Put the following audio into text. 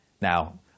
Now